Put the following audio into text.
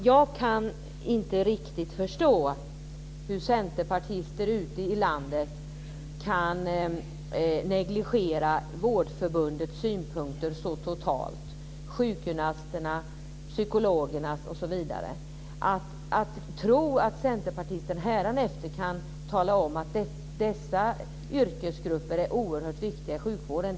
Jag kan inte riktigt förstå hur centerpartister ute i landet kan negligera Vårdförbundets synpunkter så totalt - sjukgymnasternas, psykologernas, osv. - och tro att centerpartister hädanefter kan tala om att dessa yrkesgrupper är oerhört viktiga i sjukvården.